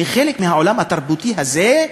אני חלק מהעולם התרבותי הזה,